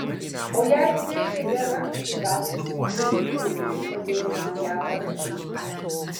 o jei pjesė gera tai gal tie trisdešimt sviedinių padėjo man ją parašyti